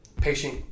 patient